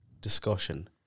discussion